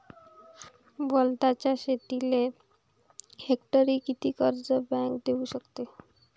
वलताच्या शेतीले हेक्टरी किती कर्ज बँक देऊ शकते?